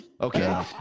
Okay